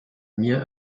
mir